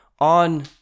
on